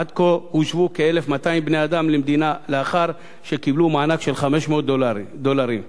עד כה הושבו כ-1,200 בני-אדם למדינה לאחר שקיבלו מענק של 500 דולרים.